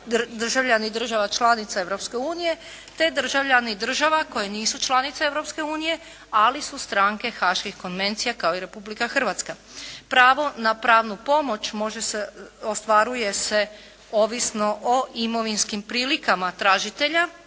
državljani država članica Europske unije, te državljani država koje nisu članice Europske unije, ali su stranke Haških konvencija kao i Republika Hrvatska. Pravo na pravnu pomoć može se, ostvaruje se ovisno o imovinskim prilikama tražitelja